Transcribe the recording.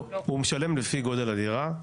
לא, הוא משלם לפי גודל הדירה.